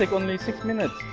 like only six minutes.